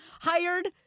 hired